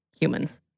humans